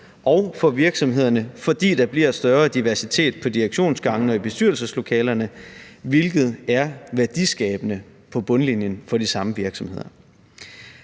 og for virksomhederne, fordi der bliver større diversitet på direktionsgangene og i bestyrelseslokalerne, hvilket er værdiskabende på bundlinjen for de samme virksomheder.